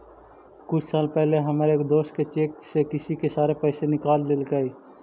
कुछ साल पहले हमर एक दोस्त के चेक से किसी ने सारे पैसे निकाल लेलकइ